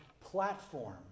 platform